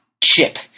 chip